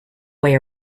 way